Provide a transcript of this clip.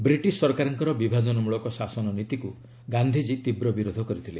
British ସରକାରଙ୍କର ବିଭାଜନ ମୂଳକ ଶାସନ ନୀତିକୁ ଗାନ୍ଧିଜୀ ତୀବ୍ର ବିରୋଧ କରିଥିଲେ